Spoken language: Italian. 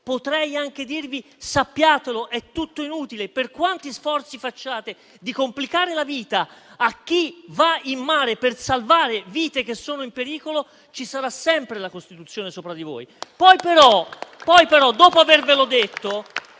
potrei anche dirvi: sappiatelo, è tutto inutile. Per quanti sforzi facciate di complicare la vita a chi va in mare per salvare vite che sono in pericolo, ci sarà sempre la Costituzione sopra di voi.